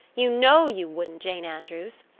you know you wouldn't, jane andrews!